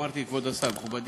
אמרתי: כבוד השר, מכובדי.